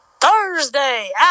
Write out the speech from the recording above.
Thursday